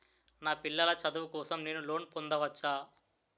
నా పిల్లల చదువు కోసం నేను లోన్ పొందవచ్చా?